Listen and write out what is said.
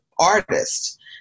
artist